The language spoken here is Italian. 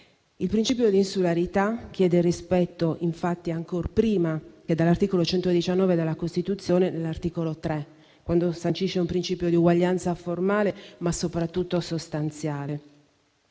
Il principio di insularità chiede il rispetto, ancor prima che dell'articolo 119 della Costituzione, dell'articolo 3, che sancisce un principio di uguaglianza formale, ma soprattutto sostanziale.